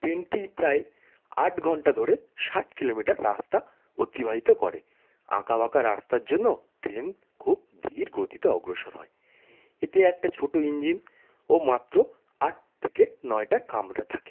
ট্রেনটি প্রায় আট ঘন্টা ধরে ষাট কিলোমিটার রাস্তা অতিবাহিত করে আঁকা বাঁকা রাস্তার জন্য ট্রেন খুব ধীর গতিতে অগ্রসর হয় এতে একটা ছোটো ইঞ্জিন ও মাত্র আট থেকে নয়টা কামরা থাকে